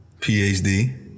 PhD